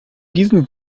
diesen